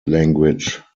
language